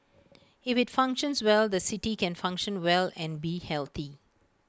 if IT functions well the city can function well and be healthy